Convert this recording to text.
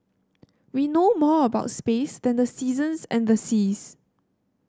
we know more about space than the seasons and the seas